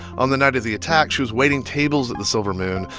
on the night of the attack, she was waiting tables at the silver moon.